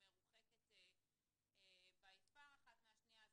מרוחקת אחת מהשנייה,